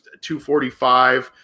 245